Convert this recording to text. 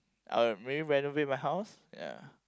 uh maybe renovate my house ya